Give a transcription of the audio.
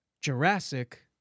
Jurassic